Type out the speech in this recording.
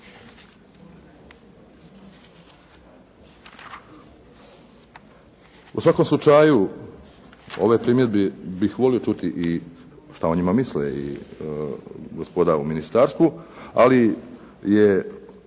U svakom slučaju ove primjedbe bih volio čuti i šta o njima misle i gospoda u ministarstvu, ali je